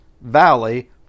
valley